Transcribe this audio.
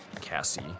Cassie